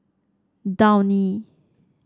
downy